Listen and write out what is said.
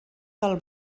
del